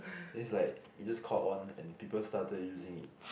then is like it just caught on and people started using it